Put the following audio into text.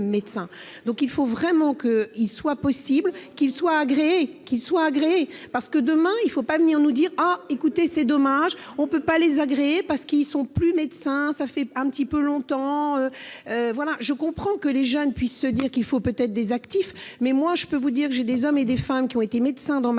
donc il faut vraiment qu'il soit possible qu'il soit agréé qui soit agréé parce que demain, il ne faut pas venir nous dire ah écoutez, c'est dommage, on ne peut pas les agréer parce qu'ils sont plus médecin, ça fait un petit peu longtemps, voilà, je comprends que les jeunes puissent se dire qu'il faut peut-être des actifs, mais moi je peux vous dire que j'ai des hommes et des femmes qui ont été médecin dans ma